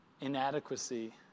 inadequacy